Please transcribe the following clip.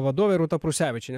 vadovė rūta prusevičienė